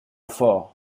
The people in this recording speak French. fort